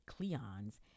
Cleons